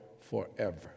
forever